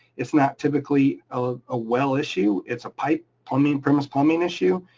it's not typically ah a well issue, it's a pipe i mean premise plumbing issue,